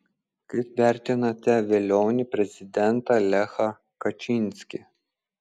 kaip vertinate velionį prezidentą lechą kačinskį